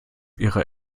ihrer